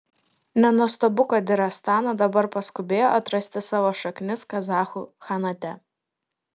nenuostabu kad ir astana dabar paskubėjo atrasti savo šaknis kazachų chanate